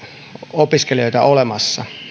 opiskelijoita olemassa